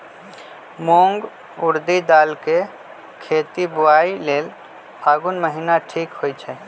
मूंग ऊरडी दाल कें खेती बोआई लेल फागुन महीना ठीक होई छै